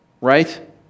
right